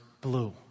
blue